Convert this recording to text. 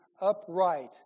upright